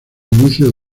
inicios